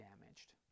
damaged